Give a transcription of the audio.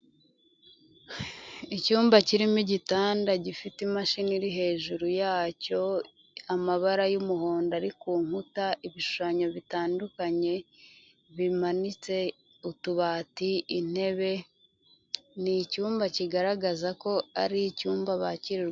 Icyumba kirimo igitanda gifite imashini iri hejuru yacyo, amabara y'umuhondo ari ku nkuta, ibishushanyo bitandukanye bimanitse, utubati, intebe, ni icyumba kigaragaza ko ari icyumba bakira.